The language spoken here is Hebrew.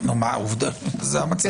עובדה, זה המצב.